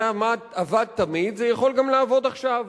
זה עבד תמיד, זה יכול גם לעבוד עכשיו.